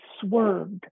swerved